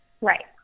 right